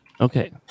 okay